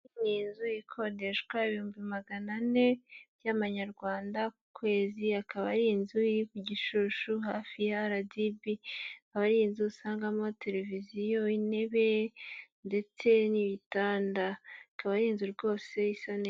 Iyi nzu ikodeshwa ibihumbi magana ane by'amanyarwanda ku kwezi, akaba ari inzu iri ku Gishushu hafi ya RDB, akaba ari inzu usangamo televiziyo, intebe ndetse n'ibitanda, akaba ari inzu rwose isa neza.